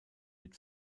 mit